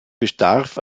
bedarf